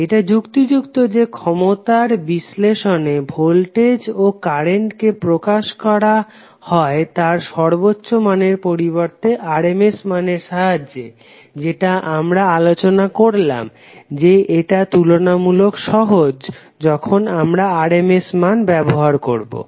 এটা যুক্তিযুক্ত যে ক্ষমতার বিশ্লেষনে ভোল্টেজ ও কারেন্টকে প্রকাশ করা তার সর্বোচ্চ মানের পরিবর্তে RMS মানের সাহায্যে যেটা আমরা আলোচনা করলাম যে এটা তুলনামুলক সহজ যখন আমরা RMS মান ব্যবহার করবো